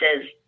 says